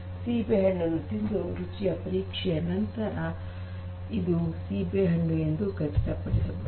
ಸೇಬಿನ ಹಣ್ಣನ್ನು ತಿಂದು ರುಚಿಯ ಪರೀಕ್ಷೆಯ ಮಾಡಿದ ನಂತರ ನೀವು ಇದು ಸೇಬಿನ ಹಣ್ಣು ಎಂದು ಖಚಿತಪಡಿಸಬಹುದು